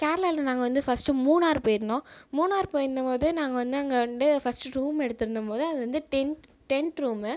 கேரளாவில் நாங்கள் வந்து ஃபர்ஸ்ட்டு மூணார் போயிருந்தோம் மூணார் போயிருந்த போது நாங்கள் வந்து அங்கே வந்து ஃபர்ஸ்ட்டு ரூம் எடுத்திருந்த போது அது வந்து டென்த் டென்ட் ரூமு